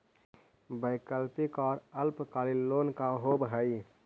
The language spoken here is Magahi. वैकल्पिक और अल्पकालिक लोन का होव हइ?